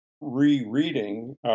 rereading